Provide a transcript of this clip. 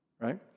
Right